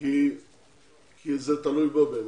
כי זה תלוי בו.